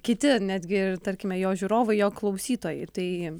kiti netgi tarkime jo žiūrovai jo klausytojai tai